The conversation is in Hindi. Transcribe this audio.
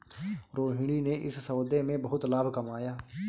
रोहिणी ने इस सौदे में बहुत लाभ कमाया